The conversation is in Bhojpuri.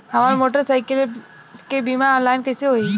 हमार मोटर साईकीलके बीमा ऑनलाइन कैसे होई?